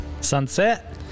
sunset